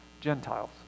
Gentiles